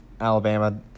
Alabama